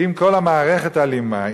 אם כל המערכת אלימה,